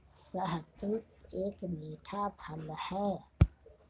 शहतूत एक मीठा फल है